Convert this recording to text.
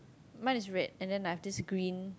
mine is red and then I have this green